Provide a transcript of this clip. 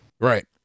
Right